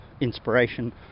inspiration